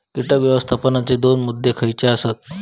कीटक व्यवस्थापनाचे दोन मुद्दे खयचे आसत?